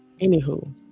Anywho